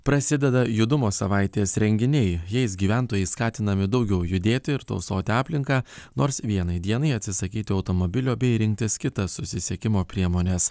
prasideda judumo savaitės renginiai jais gyventojai skatinami daugiau judėti ir tausoti aplinką nors vienai dienai atsisakyti automobilio bei rinktis kitas susisiekimo priemones